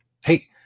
hey